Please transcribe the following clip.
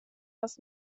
das